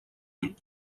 ull